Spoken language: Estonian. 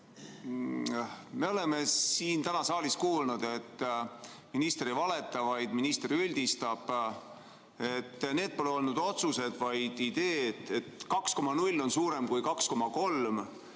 Me oleme siin saalis täna kuulnud, et minister ei valeta, vaid minister üldistab, et need pole olnud otsused, vaid ideed, et 2,0 on suurem kui 2,3,